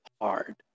hard